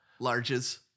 Larges